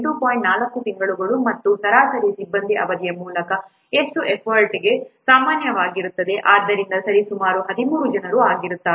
4 ತಿಂಗಳುಗಳು ಮತ್ತು ಸರಾಸರಿ ಸಿಬ್ಬಂದಿ ಅವಧಿಯ ಮೂಲಕ ಎಷ್ಟು ಎಫರ್ಟ್ಗೆ ಸಮಾನವಾಗಿರುತ್ತದೆ ಆದ್ದರಿಂದ ಸರಿಸುಮಾರು 13ಜನರು ಆಗಿರುತ್ತದೆ